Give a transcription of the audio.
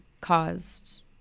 caused